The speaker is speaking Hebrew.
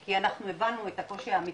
כי אנחנו הבנו את הקושי האמיתי,